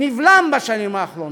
נבלם בשנים האחרונות.